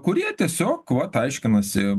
kurie tiesiog vat aiškinasi